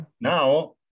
Now